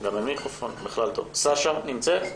סשה נמצאת?